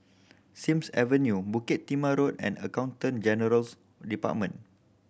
Sims Avenue Bukit Timah Road and Accountant General's Department